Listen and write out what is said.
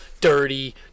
dirty